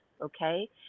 okay